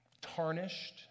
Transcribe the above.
tarnished